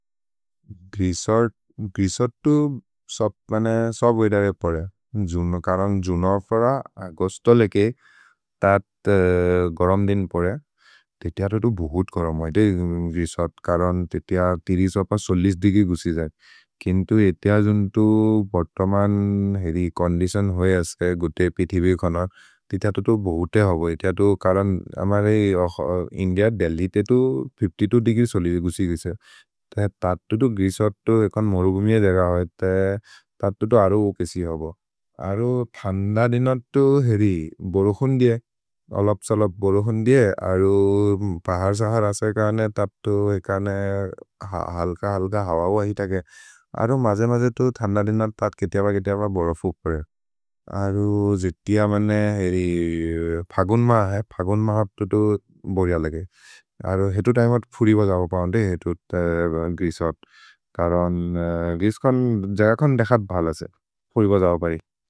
ग्रिशोत् तु सब् वेदरे परे, करन् जुनोर् पर, अगोस्तो लेके तत् गरम् दिन् परे, ते ते अतो तु बहुत् गरम् है ते ग्रिशोत्। करन् ते ते देग्री गुसि जै, किन्तु ए ते अजुन् तु बोर्तमन् हेरि चोन्दितिओन् होइ अस्के, गुते पिथिबे खोन्व। ते ते अतो तु बहुते होबो, ते ते अतो तु करन् अमरे इन्दिअ देल्हि ते तु देग्री सोलि गुसि गुसि जिसे, ते ते तत् तु तु ग्रिशोत् तु एकोन् मोरु गुमिये देग होएते। तत् तु तु अरो उकेसि होबो, अरो थन्द दिनर् तु हेरि बोरोहुन्दिये, अलप्स् अलप्स् बोरोहुन्दिये, अरो पहर् सहर् अस एकने। तत् तु एकने हल्क हल्क हववहि तके, अरो मजे मजे तु थन्द दिनर् तत् केतिअ प केतिअ प बोरोफु परे, अरो जितिअ मेने हेरि फगोन् मा है। फगोन् मा होतु तु बोरिय लेके, अरो हेतु तिमे होतु फुरि बजओ प होन्ते, हेतु ग्रिशोत्, करन् ग्रिशोत् जग खोन् देखद् भल से, फुरि बजओ परे।